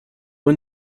win